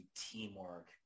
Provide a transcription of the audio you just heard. teamwork